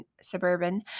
suburban